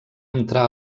entrar